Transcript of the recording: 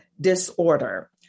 disorder